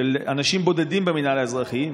של אנשים בודדים במינהל האזרחי?